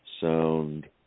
Sound